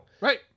Right